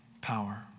power